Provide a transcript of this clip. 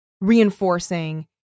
reinforcing